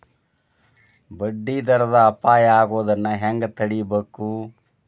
ಬಡ್ಡಿ ದರದ್ ಅಪಾಯಾ ಆಗೊದನ್ನ ಹೆಂಗ್ ತಡೇಬಕು?